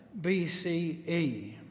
BCE